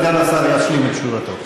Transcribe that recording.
סגן השר ישלים את תשובתו.